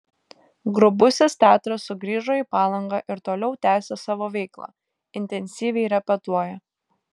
grubusis teatras sugrįžo į palangą ir toliau tęsią savo veiklą intensyviai repetuoja